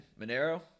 Monero